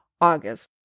August